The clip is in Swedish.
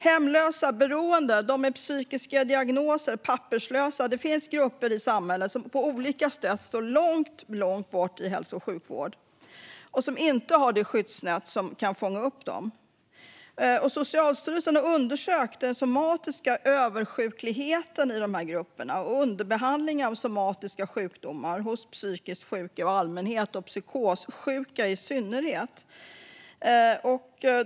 Hemlösa, beroende, de med psykiska diagnoser och papperslösa - det finns grupper i samhället som på olika sätt står långt ifrån hälso och sjukvården och inte har ett skyddsnät som kan fånga upp dem. Socialstyrelsen har undersökt den somatiska översjukligheten i dessa grupper och underbehandlingen av somatiska sjukdomar hos psykiskt sjuka i allmänhet och psykossjuka i synnerhet.